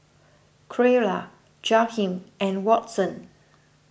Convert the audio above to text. Creola Jaheem and Watson